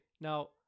now